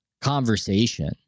conversation